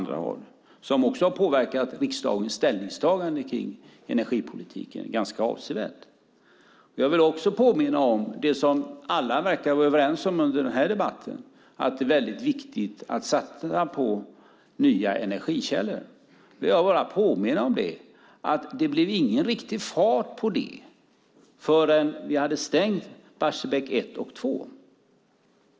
De har påverkat riksdagens ställningstagande i energipolitiken ganska avsevärt. Jag vill påminna om det alla verkar vara överens om i den här debatten, nämligen att det är viktigt att satsa på nya energikällor. Det blev inte någon riktig fart på det förrän vi hade stängt Barsebäck 1 och 2.